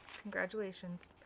Congratulations